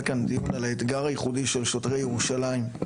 כאן דיון על האתגר הייחודי של שוטרי ירושלים.